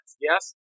Yes